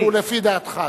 לפי דעתך.